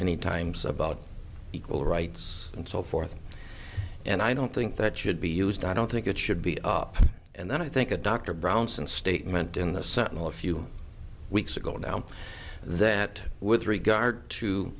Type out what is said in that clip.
many times about equal rights and so forth and i don't think that should be used i don't think it should be up and then i think a doctor brownson statement in the sentinel a few weeks ago now that with regard to